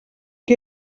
que